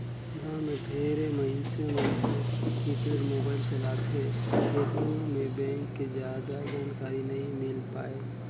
गांव मे ढेरे मइनसे मन हर कीपेड मोबाईल चलाथे तेहू मे बेंक के जादा जानकारी नइ मिल पाये